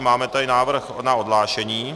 Máme tady návrh na odhlášení.